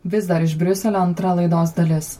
vis dar iš briuselio antra laidos dalis